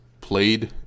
played